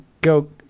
go